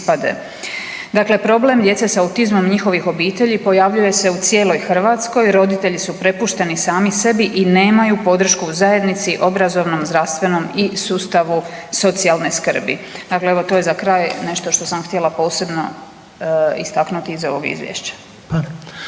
Dakle problem djece s autizmom i njihovih obitelji pojavljuje se u cijeloj Hrvatskoj, roditelji su prepušteni sami sebi i nemaju podršku u zajednici, obrazovnom, zdravstvenom i sustavu socijalne skrbi. Dakle, evo, to je za kraj nešto što sam htjela posebno istaknuti za ovo Izvješće.